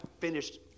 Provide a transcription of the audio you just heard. finished